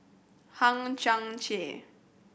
Hang Chang Chieh